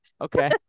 Okay